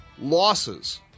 Losses